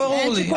ברור לי.